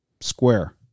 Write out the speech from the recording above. square